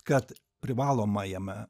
kad privalomajame